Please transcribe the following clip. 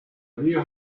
view